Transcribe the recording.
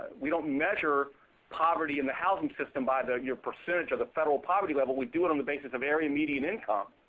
we don't measure poverty in the housing system by the percentage of the federal poverty level, we do it on the basis of area median income.